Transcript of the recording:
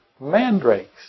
mandrakes